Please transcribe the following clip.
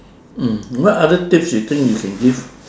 mm what other tips you think you can give